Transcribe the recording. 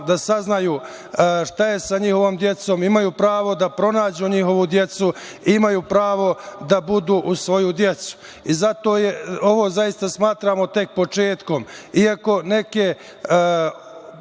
da saznaju šta je sa njihovom decom, imaju pravo da pronađu njihovu decu, imaju pravo da budu uz svoju decu. Zato ovo zaista smatramo tek početkom, iako neke